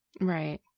Right